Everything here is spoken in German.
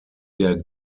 der